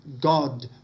God